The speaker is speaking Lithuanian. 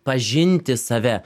pažinti save